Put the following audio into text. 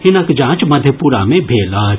हिनक जांच मधेपुरा मे भेल अछि